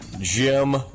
Jim